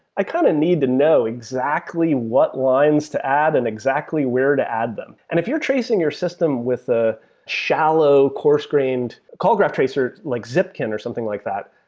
i kind of need to know exactly what lines to add and exactly where to add the. and if you're tracing your system with a shallow coarse-grained call graph tracer like zipkin or something like that,